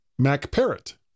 MacParrot